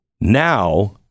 Now